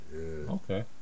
Okay